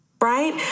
right